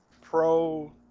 pro